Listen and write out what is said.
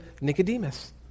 Nicodemus